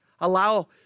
allow